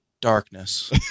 darkness